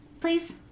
Please